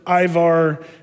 Ivar